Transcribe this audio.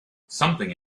something